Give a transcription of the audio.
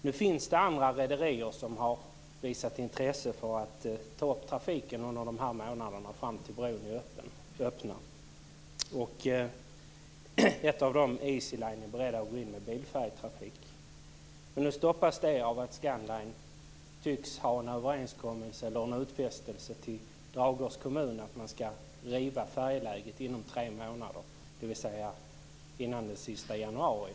Det finns andra rederier som har visat intresse för att ta upp trafiken under månaderna fram tills bron öppnas. Ett av dem är Easy-line, som är berett att gå in med bilfärjetrafik. Detta stoppas nu av att Scandlines tycks ha gjort en utfästelse till Dragörs kommun att riva färjeläget inom tre månader, dvs. före den sista januari.